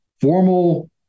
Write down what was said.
formal